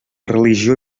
religió